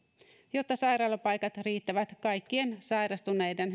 jotta sairaalapaikat riittävät kaikkien sairastuneiden